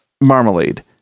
marmalade